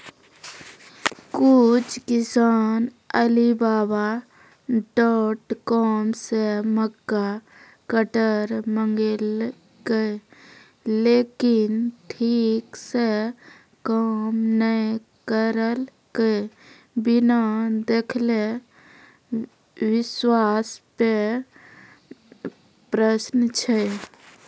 कुछ किसान Alibaba dot com से मक्का कटर मंगेलके लेकिन ठीक से काम नेय करलके, बिना देखले विश्वास पे प्रश्न छै?